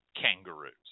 kangaroos